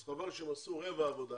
אז חבל שהם עשו רבע עבודה